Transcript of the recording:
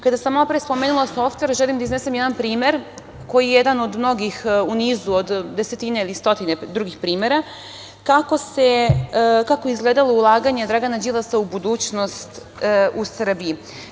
Kada sam malopre spomenula softver, želim da iznesem jedan primer, koji je jedan od mnogih u nizu od desetine ili stotine drugih primera, kako je izgledalo ulaganje Dragana Đilasa u budućnost u Srbiji.